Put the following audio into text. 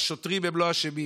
השוטרים לא אשמים,